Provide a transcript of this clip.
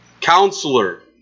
Counselor